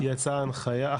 יצאה הנחייה,